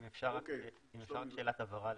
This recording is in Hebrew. אם אפשר רק שאלת הבהרה.